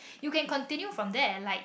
you can continue from there like